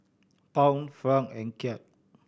Pound Franc and Kyat